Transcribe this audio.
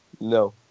no